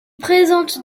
présente